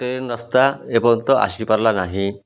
train ରାସ୍ତା ଏପର୍ଯ୍ୟନ୍ତ ଆସିି ପାରିଲା ନାହିଁ